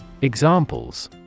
Examples